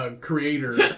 creator